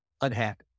unhappy